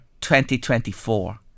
2024